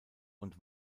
und